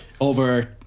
over